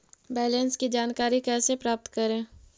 Balance की जानकारी कैसे प्राप्त करे?